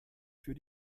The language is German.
für